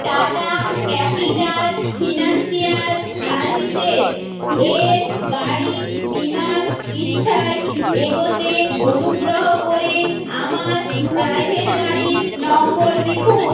tata Capital Financial Services এর গাড়ি বীমার পৃষ্ঠায় এগোতে অনুগ্রহ করে আমার প্রাইভেট গাড়ির নম্বর লিখুন